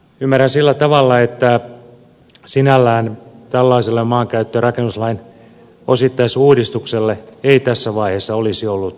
ymmärrän sillä tavalla että sinällään tällaiselle maankäyttö ja rakennuslain osittaisuudistukselle ei tässä vaiheessa olisi ollut erityistä tarvetta